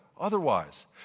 Otherwise